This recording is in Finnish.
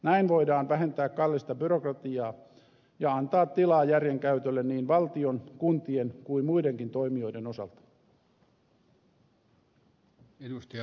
näin voidaan vähentää kallista byrokratiaa ja antaa tilaa järjen käytölle niin valtion kuntien kuin muidenkin toimijoiden osalta